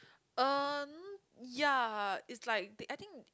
uh ya it's like the I think